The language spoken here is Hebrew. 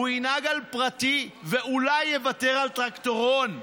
הוא ינהג על פרטי, ואולי יוותר על טרקטורון.